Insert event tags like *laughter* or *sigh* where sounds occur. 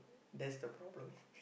that's the problem *breath*